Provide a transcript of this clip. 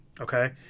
Okay